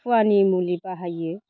खुवानि मुलि बाहायो